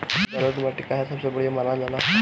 जलोड़ माटी काहे सबसे बढ़िया मानल जाला?